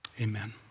Amen